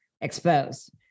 exposed